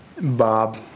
Bob